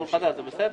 לול חדש, זה בסדר.